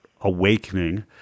awakening